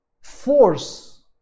force